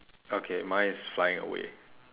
okay mine is flying away